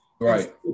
Right